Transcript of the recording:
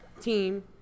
team